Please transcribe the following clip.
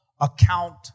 account